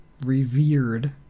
revered